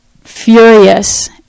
furious